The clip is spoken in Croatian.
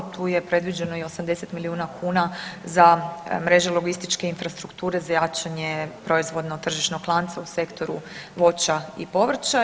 Tu je predviđeno i 80 milijuna kuna za mreže logističke infrastrukture za jačanje proizvodno-tržišnog lanca u sektoru voća i povrća.